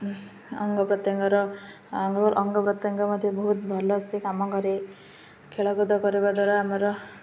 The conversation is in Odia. ଅଙ୍ଗ ପ୍ରତ୍ୟଙ୍ଗର ଅଙ୍ଗ ପ୍ରତ୍ୟଙ୍ଗ ମଧ୍ୟ ବହୁତ ଭଲସେ କାମ କରେ ଖେଳକୁଦ କରିବା ଦ୍ୱାରା ଆମର